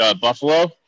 Buffalo